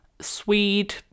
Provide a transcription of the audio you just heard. swede